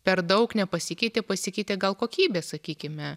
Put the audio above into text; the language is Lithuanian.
per daug nepasikeitė pasikeitė gal kokybė sakykime